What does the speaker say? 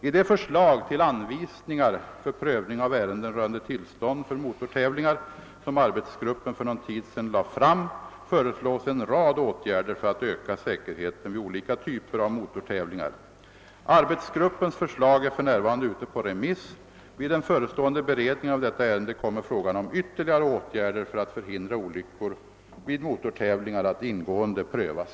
I det förslag till anvisningar för prövning av ärenden rörande tillstånd för motortävlingar, som arbetsgruppen för någon tid sedan lade fram, föreslås en rad åtgärder för att öka säkerheten vid olika typer av motortävlingar. Arbetsgruppens förslag är för närvarande ute på remiss. Vid den förestående beredningen av detta ärende kommer frågan om ytterligare åtgärder för att förhindra olyckor vid motortävlingar att ingående prövas.